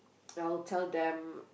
that I will tell them